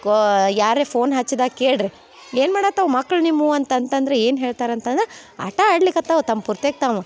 ಕೋ ಯಾರೇ ಫೋನ್ ಹಚ್ಚಿದಾಗ ಕೇಳಿರಿ ಏನು ಮಾಡುತ್ತವ್ ಮಕ್ಳು ನಿಮ್ಮವು ಅಂತ ಅಂತಂದರೆ ಏನು ಹೇಳ್ತಾರೆ ಅಂತಂದು ಆಟ ಆಡ್ಲಿಕ್ಕತ್ತಿವೆ ತಮ್ಮ ಪುರ್ತೆಗ್ ತಾವು